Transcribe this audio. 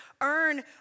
earn